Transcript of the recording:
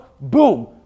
boom